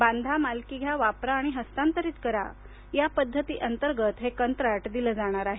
बांधा मालकी घ्या वापरा आणि हस्तांतरित करा या पद्धतीअंतर्गत हे कंत्राट दिले जाणार आहे